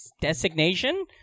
designation